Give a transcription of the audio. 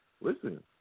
Listen